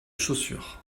chaussures